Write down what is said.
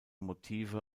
motive